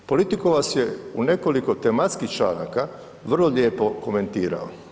Politiko vas je u nekoliko tematskih članaka vrlo lijepo komentirao.